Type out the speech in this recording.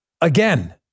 Again